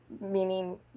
meaning